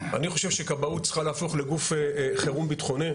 אני חושב שכבאות צריכה להפוך לגוף חירום בטחוני,